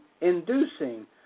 inducing